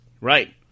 Right